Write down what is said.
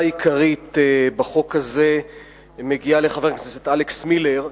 התודה עיקרית בחוק הזה מגיעה לחבר הכנסת אלכס מילר,